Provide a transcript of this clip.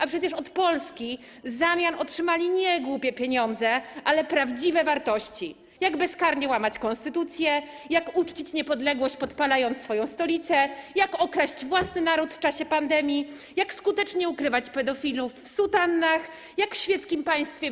A przecież od Polski w zamian otrzymali nie głupie pieniądze, ale prawdziwe wartości: jak bezkarnie łamać konstytucję, jak uczcić niepodległość, podpalając swoją stolicę, jak okraść własny naród w czasie pandemii, jak skutecznie ukrywać pedofilów w sutannach, jak w świeckim państwie